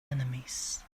enemies